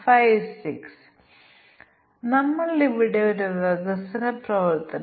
ticket നിരക്ക് 3000 ആണെങ്കിൽ അല്ലെങ്കിൽ 3000 ൽ കൂടുതലോ അല്ലെങ്കിലോ അല്ലെങ്കിലോ സൌജന്യ ഭക്ഷണം വിളമ്പുന്നത് ഒരു പ്രവൃത്തിയാണ്